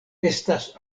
estas